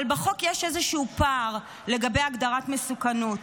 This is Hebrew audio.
אבל בחוק יש איזשהו פער לגבי הגדרת מסוכנות.